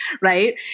Right